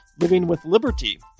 LivingWithLiberty